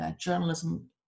journalism